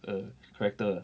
err character